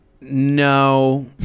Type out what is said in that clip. No